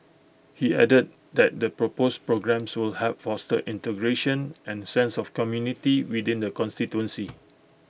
he added that the proposed programmes will help foster integration and A sense of community within the constituency